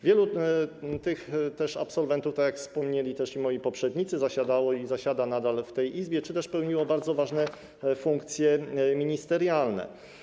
Wielu jej absolwentów, tak jak wspomnieli moi poprzednicy, zasiadało i zasiada nadal w tej Izbie czy też pełniło bardzo ważne funkcje ministerialne.